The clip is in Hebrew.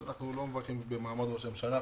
אנחנו לא מברכים במעמד ראש הממשלה,